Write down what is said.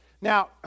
Now